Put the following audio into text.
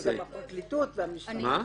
זה גם הפרקליטות והמשטרה,